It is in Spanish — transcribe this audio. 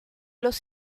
los